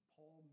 Paul